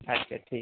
اچھا ٹھیک